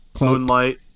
moonlight